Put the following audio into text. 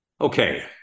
okay